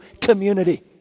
Community